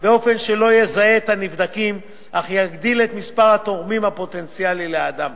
באופן שלא יזהה את הנבדקים אך יגדיל את מספר התורמים הפוטנציאלי לאדם